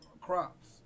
crops